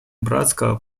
братского